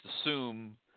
assume –